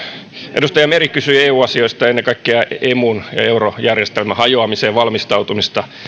edustaja meri kysyi eu asioista ennen kaikkea emun eurojärjestelmän hajoamiseen valmistautumista